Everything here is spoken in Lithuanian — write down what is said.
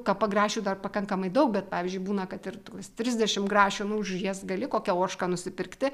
kapa grašių dar pakankamai daug bet pavyzdžiui būna kad ir tuos trisdešimt grašių nu už jas gali kokią ožką nusipirkti